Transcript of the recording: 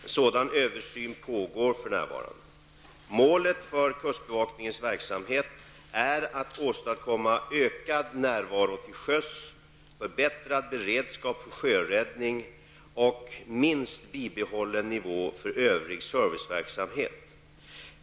En sådan översyn pågår för närvarande. Målet för kustbevakningens verksamhet är att åstadkomma ökad närvaro till sjöss, förbättrad beredskap för sjöräddning och minst bibehållen nivå för övrig serviceverksamhet.